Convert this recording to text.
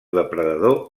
depredador